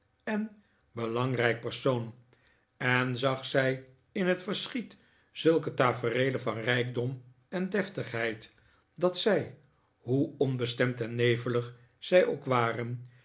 en belangrijk persoon en zag zij in het verschiet zulke tafereelen van rijkdom en deftigheid dat zij hoe onbestemd en nevelig zij ook waren